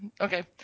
Okay